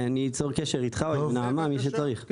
אני אצור קשר איתך או עם נעמה; עם מי שצריך.